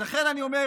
אז לכן אני אומר,